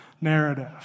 narrative